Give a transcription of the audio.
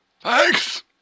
Thanks